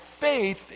faith